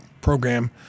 program